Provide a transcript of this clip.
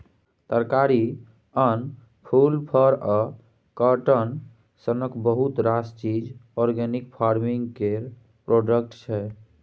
तरकारी, अन्न, फुल, फर आ काँटन सनक बहुत रास चीज आर्गेनिक फार्मिंग केर प्रोडक्ट छै